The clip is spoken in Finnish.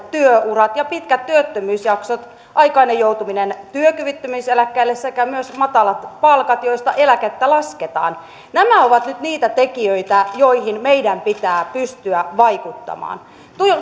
työurat ja pitkät työttömyysjaksot aikainen joutuminen työkyvyttömyyseläkkeelle sekä myös matalat palkat joista eläkettä lasketaan nämä ovat nyt niitä tekijöitä joihin meidän pitää pystyä vaikuttamaan